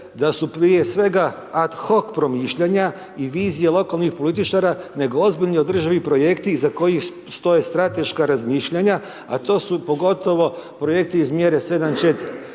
da su prije svega ad hok promišljanja i vizije lokalnih političara, nego ozbiljni održivi projekti iza kojih stoje strateška razmišljanja, a to su pogotovo projekti iz mjere 74.